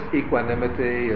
equanimity